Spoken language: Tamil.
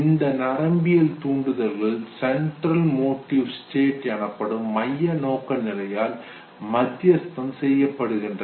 இந்த நரம்பியல் தூண்டுதல்கள் சென்ட்ரல் மோடிவ் ஸ்டேட் எனப்படும் மைய நோக்க நிலையால் மத்தியஸ்தம் செய்யப்படுகின்றன